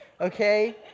okay